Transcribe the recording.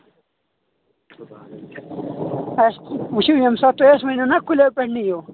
اسہِ وٕچھِو ییٚمہِ ساتہٕ اسہِ تُہۍ ؤنو نا کُلیو پیٹھ نِیو